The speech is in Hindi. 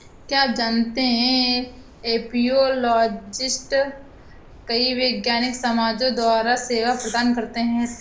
क्या आप जानते है एपियोलॉजिस्ट कई वैज्ञानिक समाजों द्वारा सेवा प्रदान करते हैं?